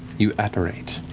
you apparate